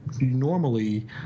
normally